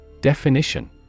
Definition